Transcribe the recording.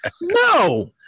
no